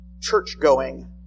church-going